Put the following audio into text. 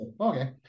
Okay